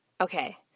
Okay